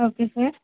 okay sir